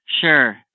Sure